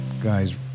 guy's